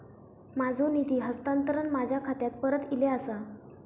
माझो निधी हस्तांतरण माझ्या खात्याक परत इले आसा